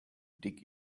dig